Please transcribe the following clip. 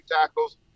tackles